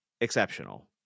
exceptional